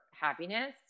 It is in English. happiness